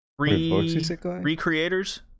recreators